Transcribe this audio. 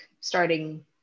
starting